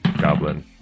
goblin